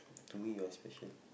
to me you are special